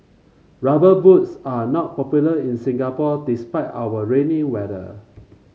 rubber boots are not popular in Singapore despite our rainy weather